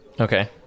Okay